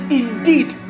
indeed